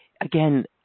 again